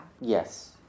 yes